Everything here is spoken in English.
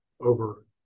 over